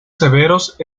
severos